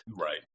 right